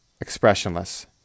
expressionless